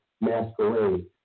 masquerade